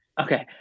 okay